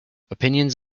opinions